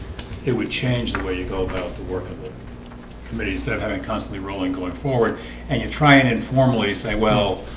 it would change the way you go about the and committee instead of having constantly rolling going forward and you try and informally say well,